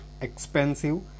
expensive